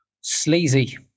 Sleazy